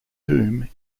doom